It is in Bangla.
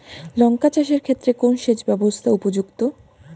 লঙ্কা চাষের ক্ষেত্রে কোন সেচব্যবস্থা উপযুক্ত?